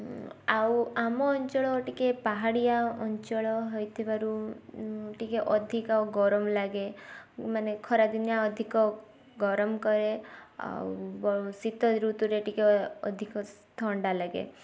ଆଉ ଆମ ଅଞ୍ଚଳ ଟିକେ ପାହାଡ଼ିଆ ଅଞ୍ଚଳ ହୋଇଥିବାରୁ ଟିକେ ଅଧିକ ଗରମ ଲାଗେ ମାନେ ଖରା ଦିନିଆ ଅଧିକ ଗରମ କରେ ଆଉ ବ ଶୀତ ଋତୁରେ ଟିକେ ଅ ଅଧିକ ସ ଥଣ୍ଡା ଲାଗେ